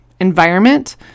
environment